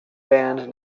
band